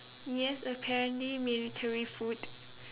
yes apparently military food